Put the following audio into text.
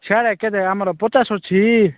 sir କେତେ ଆମର ପଚାଶ ଅଛି